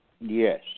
Yes